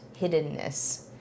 hiddenness